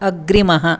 अग्रिमः